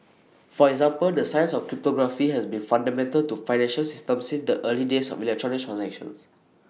for example the science of cryptography has been fundamental to financial system since the early days of electronic transactions